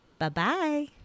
Bye-bye